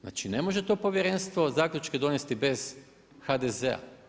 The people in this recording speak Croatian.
Znači ne može to povjerenstvo zaključke donesti bez HDZ-a.